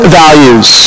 values